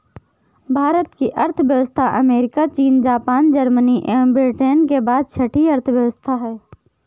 भारत की अर्थव्यवस्था अमेरिका, चीन, जापान, जर्मनी एवं ब्रिटेन के बाद छठी अर्थव्यवस्था है